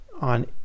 on